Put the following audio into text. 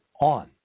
on